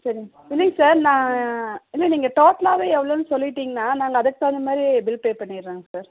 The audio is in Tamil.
சரிங் இல்லைங்க சார் நான் இல்லை நீங்கள் டோட்லாவே எவ்வளோனு சொல்லிட்டீங்கன்னால் நாங்கள் அதுக்கு தகுந்த மாதிரி பில் பே பண்ணகிறோங்க சார்